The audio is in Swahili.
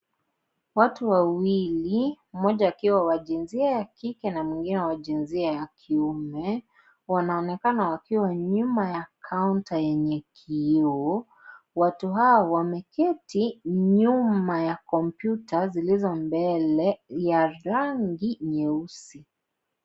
Watu wawili mmoja akiwa wa jinsia ya kike, na mwingine wa jinsia ya kiume, wanaonekana wakiwa nyuma ya kaunta yenye kioo watu hawa wameketi nyuma ya kompyuta zilizo mbele ya rangi ya nyeusi.